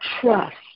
Trust